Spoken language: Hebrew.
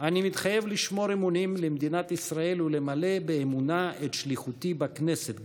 "אני מתחייב לשמור אמונים למדינת ישראל ולמלא באמונה את שליחותי בכנסת".